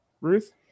Ruth